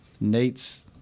Nate's